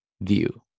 view